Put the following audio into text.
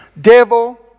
Devil